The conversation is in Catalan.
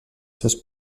seus